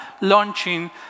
launching